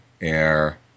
air